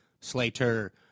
Slater